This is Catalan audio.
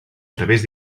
través